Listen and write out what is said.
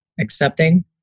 accepting